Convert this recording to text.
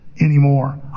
anymore